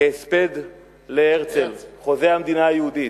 כהספד להרצל, חוזה המדינה היהודית.